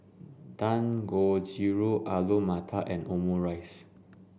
Dangojiru Alu Matar and Omurice